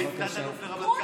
מעולם לא היה לה ניסיון.